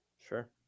sure